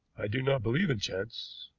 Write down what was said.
i do not believe in chance.